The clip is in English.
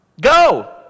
go